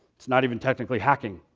it's not even technically hacking.